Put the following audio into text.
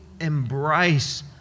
embrace